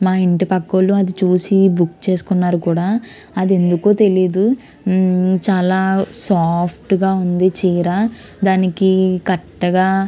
మా ఇంటి పక్క వాళ్ళు అది చూసి బుక్ చేసుకున్నారు కూడా అది ఎందుకో తెలియదు చాలా సాఫ్ట్గా ఉంది చీర దానికి కట్టగా